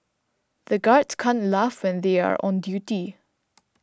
the guards can't laugh when they are on duty